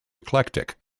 eclectic